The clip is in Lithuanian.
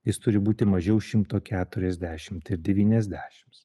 jis turi būti mažiau šimto keturiasdešimt ir devyniasdešimt